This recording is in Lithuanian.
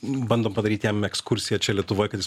bandom padaryt jam ekskursiją čia lietuvoj kad jis